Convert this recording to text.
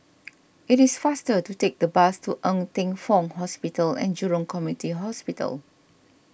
it is faster to take the bus to Ng Teng Fong Hospital and Jurong Community Hospital